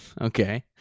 okay